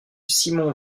simon